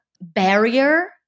barrier